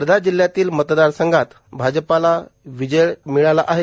वर्धा जिल्हयातील मतदारसंघात भाजपाला विजय मिळाला आहे